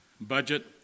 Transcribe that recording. budget